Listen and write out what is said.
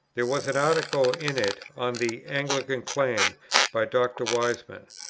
there was an article in it on the anglican claim by dr. wiseman.